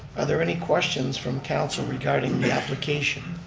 are there any questions from council regarding the application?